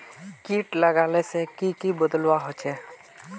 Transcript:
किट लगाले से की की बदलाव होचए?